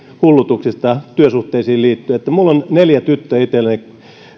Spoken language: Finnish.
hullutuksistanne työsuhteisiin liittyen minulla on neljä tyttöä itselläni